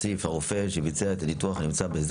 הסעיף הרופא שביצע את הניתוח נמצא.